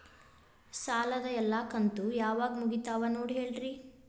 ಸಾಲದ ಎಲ್ಲಾ ಕಂತು ಯಾವಾಗ ಮುಗಿತಾವ ನೋಡಿ ಹೇಳ್ರಿ